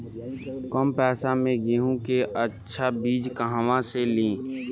कम पैसा में गेहूं के अच्छा बिज कहवा से ली?